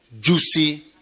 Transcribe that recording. juicy